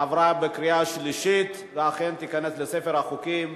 עברה בקריאה שלישית ותיכנס לספר החוקים.